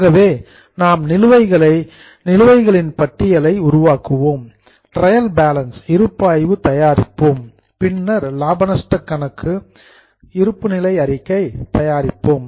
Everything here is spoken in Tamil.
ஆகவே நாம் நிலுவைகள் பட்டியலை உருவாக்குவோம் ட்ரையல் பேலன்ஸ் இருப்பாய்வு தயாரிப்போம் பின்னர் லாப நஷ்ட கணக்கு மற்றும் இருப்புநிலை அறிக்கை தயாரிப்போம்